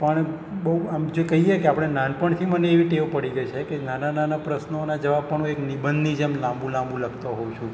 પણ બહુ આમ જો કહીએ કે આપણે નાનપણથી મને એવી ટેવ પડી ગઈ છે કે નાના નાના પ્રશ્નોના જવાબ પણ હું એક નિબંધની જેમ લાંબુ લાંબુ લખતો હોઉં છું